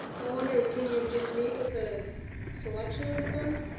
i wonder can you just meet with a selection of them?